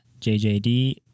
JJD